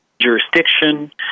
jurisdiction